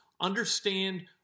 understand